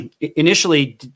initially